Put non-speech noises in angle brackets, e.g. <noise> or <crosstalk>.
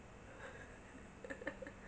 <laughs>